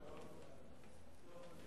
המכס והפטורים ומס קנייה על טובין (תיקון מס' 22),